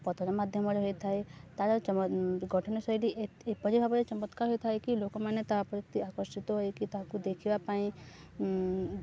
ପଥର ମାଧ୍ୟମରେ ହୋଇଥାଏ ତା'ର ଗଠନ ଶୈଳୀ ଏ ଏପରି ଭାବରେ ଚମତ୍କାର ହୋଇଥାଏ କିି ଲୋକମାନେ ତା ପ୍ରତି ଆକର୍ଷିତ ହୋଇକି ତାହାକୁ ଦେଖିବା ପାଇଁ